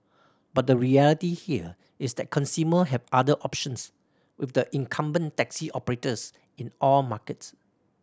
but the reality here is that consumer have other options with the incumbent taxi operators in all markets